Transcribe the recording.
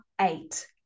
eight